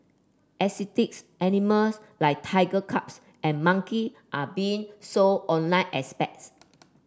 exotics animals like tiger cubs and monkey are being sold online as pets